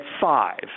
five